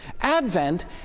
Advent